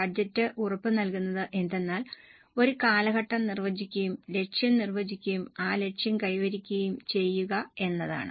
budget ഉറപ്പുനൽകുന്നത് എന്തെന്നാൽ ഒരു കാലഘട്ടം നിർവചിക്കുകയും ലക്ഷ്യം നിർവചിക്കുകയും ആ ലക്ഷ്യം കൈവരിക്കുകയും ചെയ്യുക എന്നതാണ്